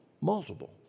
multiple